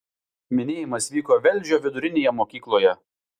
minėjimas vyko velžio vidurinėje mokykloje